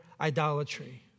idolatry